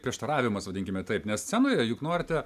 prieštaravimas vadinkime taip nes scenoje juk norite